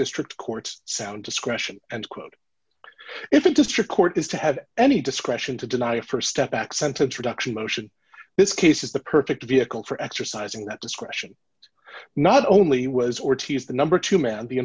district courts sound discretion and quote if it district court is to have any discretion to deny a st step back sentence reduction motion this case is the perfect vehicle for exercising that discretion not only was ortiz the number two man the